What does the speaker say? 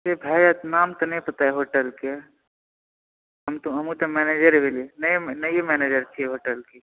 से भए जायत नाम तऽ नहि पता यऽ होटल के हमहुँ तऽ मैनेजर भेली नए मैनेजर छी होटल के